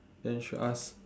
then you should ask